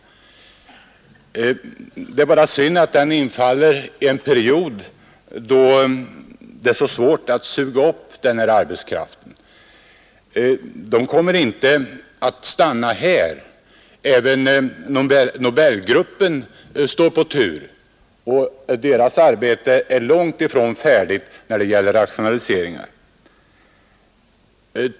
Det är bara synd att den infaller under en period då det är så svårt att suga upp den här arbetskraften. Rationaliseringsexperterna kommer inte att stanna här. Även Nobelgruppen står i tur, och konsultfirmans arbete med rationaliseringar är långt ifrån färdigt.